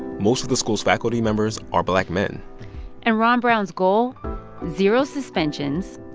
most of the school's faculty members are black men and ron brown's goal zero suspensions,